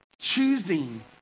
choosing